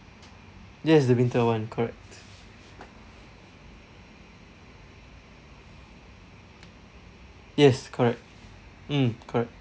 yes the winter [one] correct yes correct mm correct